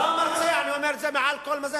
לא המרצע, אני אומר את זה כל הזמן.